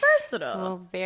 versatile